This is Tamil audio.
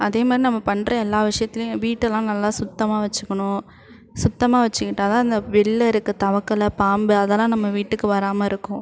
அதே மாதிரி நம்ம பண்ணுற எல்லா விஷயத்துலியும் வீட்டெல்லாம் நல்லா சுத்தமாக வச்சுக்கணும் சுத்தமாக வச்சுக்கிட்டா தான் இந்த வெளில இருக்க தவக்களை பாம்பு அதெல்லாம் நம்ம வீட்டுக்கு வராமல் இருக்கும்